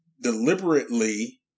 deliberately